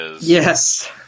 Yes